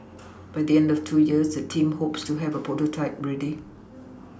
by the end of two years the team hopes to have a prototype ready